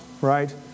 right